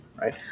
right